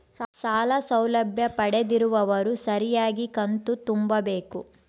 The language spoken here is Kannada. ಸಾಲ ಸೌಲಭ್ಯ ಪಡೆದಿರುವವರು ಸರಿಯಾಗಿ ಕಂತು ತುಂಬಬೇಕು?